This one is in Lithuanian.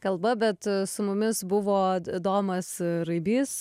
kalba bet su mumis buvo domas raibys